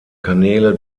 kanäle